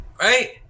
right